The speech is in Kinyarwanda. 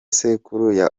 sekuru